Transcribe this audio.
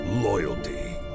loyalty